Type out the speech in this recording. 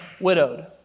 widowed